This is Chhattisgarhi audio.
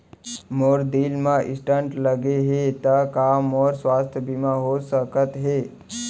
मोर दिल मा स्टन्ट लगे हे ता का मोर स्वास्थ बीमा हो सकत हे?